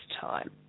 time